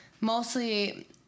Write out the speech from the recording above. mostly